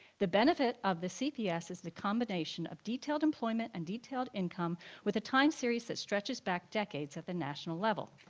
the benefit of the cps is the combination of detailed employment and detailed income with a time series that stretches back decades at the national level,